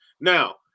Now